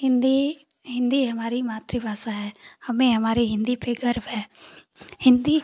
हिन्दी हिन्दी हमारी मातृ भाषा है हमें हमारे हिन्दी पर गर्व है हिन्दी